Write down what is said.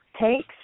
takes